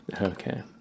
Okay